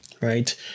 right